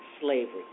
slavery